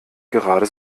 gerade